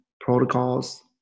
protocols